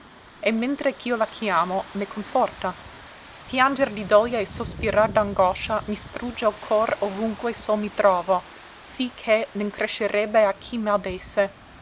e mentre ch'io la chiamo me conforta pianger di doglia e sospirar d'angoscia mi strugge l core ovunque sol mi trovo sì che ne ncrescerebbe a chi m'audesse